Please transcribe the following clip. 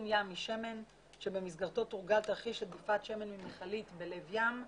ים משמן במסגרתו תורגל תרחיש לדליפת שמן ממכלית בלב ים.